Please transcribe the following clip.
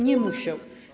Nie musiał.